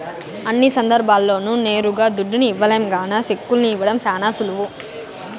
అన్ని సందర్భాల్ల్లోనూ నేరుగా దుడ్డుని ఇవ్వలేం గాన సెక్కుల్ని ఇవ్వడం శానా సులువు